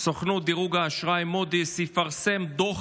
סוכנות דירוג האשראי מודי'ס תפרסם דוח